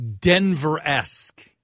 Denver-esque